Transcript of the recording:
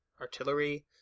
artillery